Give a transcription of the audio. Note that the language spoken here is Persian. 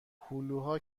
هلوها